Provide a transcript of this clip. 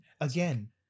Again